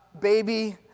baby